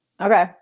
Okay